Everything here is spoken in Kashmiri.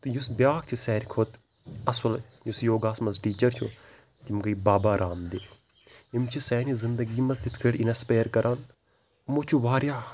تہٕ یُس بیٛاکھ چھِ ساروی کھۄت اَصٕل یُس یوگاہَس منٛز ٹیٖچَر چھُ تِم گٔے بابا رام دیو یِم چھِ سانہِ زندگی منٛز تِتھ کٔٹھۍ اِنَسپایَر کَران یِمو چھُ واریاہ